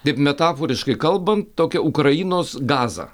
taip metaforiškai kalbant tokia ukrainos gaza